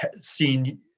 seen